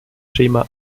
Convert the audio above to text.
schema